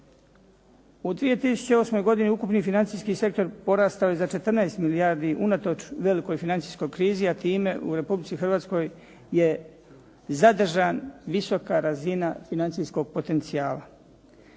U 2008. godini ukupni financijski sektor porastao je za 14 milijardi unatoč velikoj financijskoj krizi, a time u Republici Hrvatskoj je zadržana visoka razina financijskog potencijala.